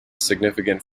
significant